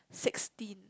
sixteen